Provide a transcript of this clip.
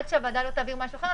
עד שהוועדה לא תעביר משהו אחר,